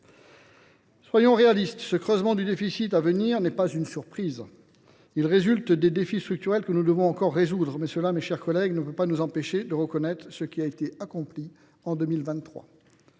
Soyons réalistes : ce creusement du déficit à venir n’est pas une surprise. Il résulte de défis structurels que nous devons encore relever. Mais cela, mes chers collègues, ne peut pas nous empêcher de reconnaître ce qui a été accompli en 2023.